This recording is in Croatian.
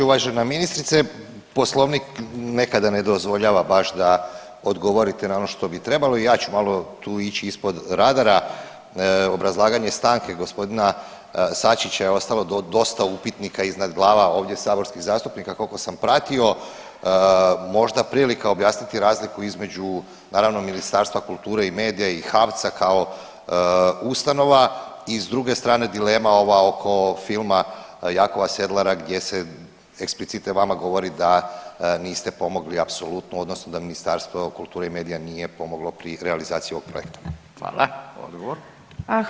Uvažena ministrice poslovnik nekada ne dozvoljava baš da odgovorite na ono što bi trebalo, ja ću malo tu ići ispod radara, obrazlaganje stanke gospodina Sačića je ostalo dosta upitnika iznad glava ovdje saborskih zastupnika koliko sam pratio, možda prilika objasniti razliku između naravno Ministarstva kulture i medija i HAVC-a kao ustanova i s druge strane dilema ova oko filma Jakova Sedlara gdje ste eksplicite vama govori da niste pomogli apsolutno odnosno da Ministarstvo kulture i medija nije pomoglo pri realizaciji ovog projekta.